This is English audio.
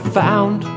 found